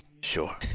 Sure